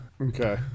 Okay